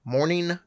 Morning